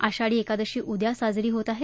आषाढी एकादशी उद्या साजरी होत आहे